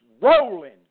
rolling